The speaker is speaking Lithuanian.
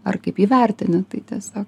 ar kaip jį vertini tai tiesiog